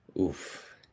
Oof